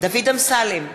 דוד אמסלם,